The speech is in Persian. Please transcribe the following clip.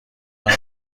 منو